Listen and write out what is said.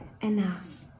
enough